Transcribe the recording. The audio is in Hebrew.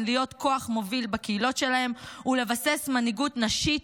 להיות כוח מוביל בקהילות שלהן ולבסס מנהיגות נשית,